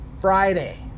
Friday